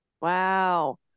Wow